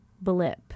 blip